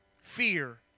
Fear